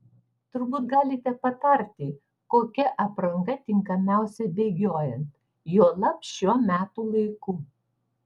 turbūt galite patarti kokia apranga tinkamiausia bėgiojant juolab šiuo metų laiku